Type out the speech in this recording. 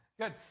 Good